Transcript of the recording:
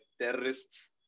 terrorists